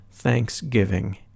Thanksgiving